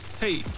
Hey